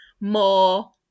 More